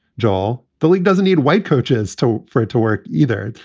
joel. the league doesn't need white coaches to for it to work either.